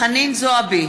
חנין זועבי,